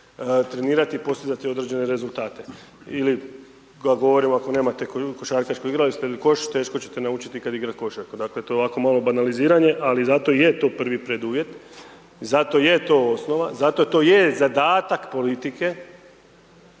trenirati, postizati određene rezultate ili govorim ako nema košarkaš igralište ili koš, teško ćete naučiti ikad igrat košarku, dakle to je ovako malo banaliziranje ali zato je to prvi preduvjet, zato je to osnova, zato to je zadatak politike